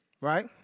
Right